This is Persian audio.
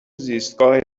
زیستگاه